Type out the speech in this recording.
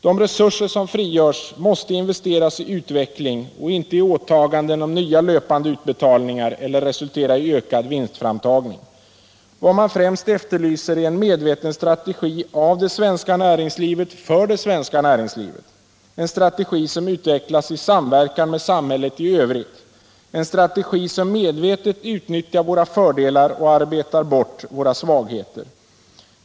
De resurser som frigörs måste investeras i utveckling och inte i åtaganden om nya löpande utbetalningar eller resultera i ökad vinstframtagning. Vad man främst efterlyser är en medveten strategi av det svenska näringslivet för det svenska näringslivet, en strategi som utvecklas i samverkan med samhället i övrigt — en strategi som medvetet utnyttjar våra fördelar och arbetar bort våra svagheter.